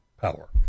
power